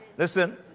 Listen